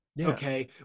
okay